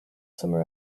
summer